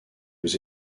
aux